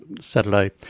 Saturday